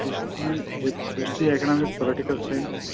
history economic political science